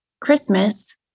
Christmas